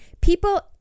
people